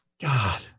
God